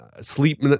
Sleep